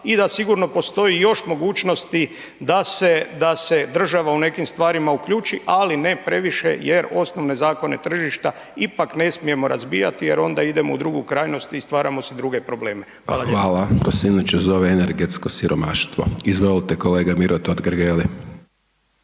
i da sigurno postoji još mogućnosti da se država u nekim stvarima uključi ali ne previše jer osnovne zakone tržišta ipak ne smijemo razbijati jer onda idemo u drugu krajnost i stvaramo si druge probleme. Hvala lijepa. **Hajdaš Dončić, Siniša (SDP)** Hvala. To se inače zove energetsko siromaštvo. Izvolite kolega Miro Totgergeli.